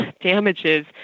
damages